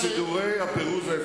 אתה בשטח כבוש.